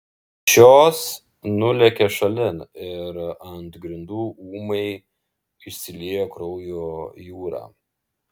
šios nulėkė šalin ir ant grindų ūmai išsiliejo kraujo jūra